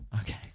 Okay